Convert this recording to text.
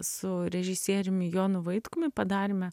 su režisieriumi jonu vaitkumi padarėme